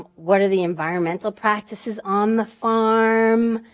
what are the environmental practices on the farm?